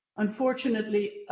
unfortunately,